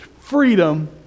freedom